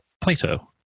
Plato